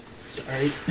Sorry